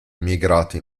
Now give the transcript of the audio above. emigrato